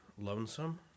lonesome